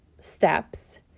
steps